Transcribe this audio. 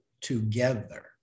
together